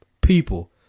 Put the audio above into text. people